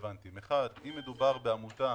אחד, אנשים